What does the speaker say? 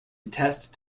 test